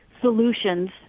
solutions